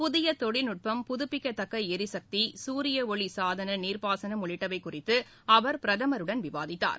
புதிய தொழில்நுட்பம் புதுப்பிக்கத்தக்க எரிசக்தி சூரியஒளி சாதன நீர்பாசனம் உள்ளிட்டவை குறித்து அவர் பிரதமருடன் விவாதித்தார்